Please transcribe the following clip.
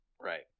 Right